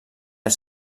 els